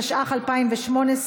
התשע"ח 2018,